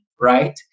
right